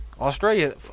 Australia